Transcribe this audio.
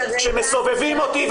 כשמסובבים אותי,